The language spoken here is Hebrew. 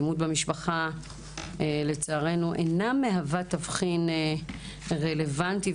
אלימות במשפחה אינה מהווה תבחין רלוונטי,